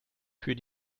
für